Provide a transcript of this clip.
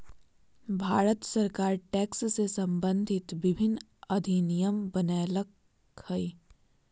भारत सरकार टैक्स से सम्बंधित विभिन्न अधिनियम बनयलकय हइ